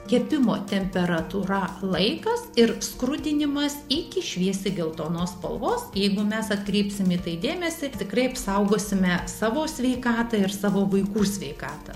kepimo temperatūra laikas ir skrudinimas iki šviesiai geltonos spalvos jeigu mes atkreipsim į tai dėmesį tikrai apsaugosime savo sveikatą ir savo vaikų sveikatą